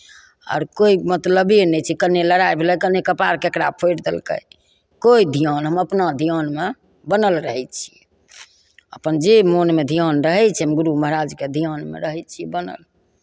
आर कोइ मतलबे नहि छै कन्नऽ लड़ाइ भेलै कन्नऽ कपाड़ ककरा फोड़ि देलकै कोइ धियान हम अपना धियानमे बनल रहै छियै अपन जे मोनमे धियान रहै छैन्ह गुरु महाराजके धियानमे रहै छी बनल